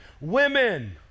Women